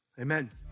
Amen